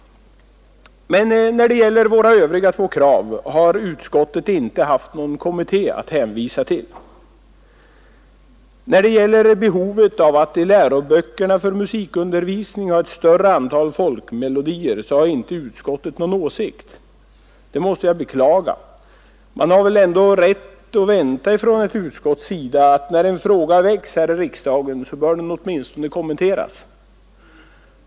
Men när det gäller våra övriga två krav har utskottet inte haft någon kommitté att hänvisa till. Då det gäller behovet av att i läroböckerna för musikundervisning ha ett större antal folkmelodier har inte utskottet någon åsikt. Det måste jag beklaga. Man har väl rätt att vänta ifrån ett utskotts sida att när en fråga väcks här i riksdagen så bör den åtminstone kommenteras.